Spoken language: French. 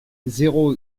zéro